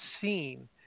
seen